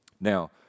Now